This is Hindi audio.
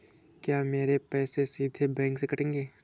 क्या मेरे पैसे सीधे बैंक से कटेंगे?